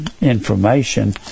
information